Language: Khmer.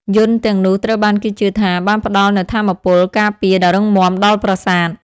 យន្តទាំងនោះត្រូវបានគេជឿថាបានផ្តល់នូវថាមពលការពារដ៏រឹងមាំដល់ប្រាសាទ។